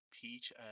Peach